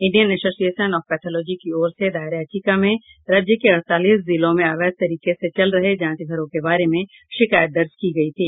Indian association of pathology की ओर से दायर याचिका में राज्य के अड़तीस जिलों में अवैध तरीके से चल रहे जांच घरों के बारे में शिकायत दर्ज की गयी थी